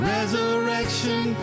Resurrection